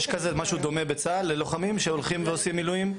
יש כזה משהו דומה ללוחמים שהולכים ועושים מילואים?